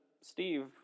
Steve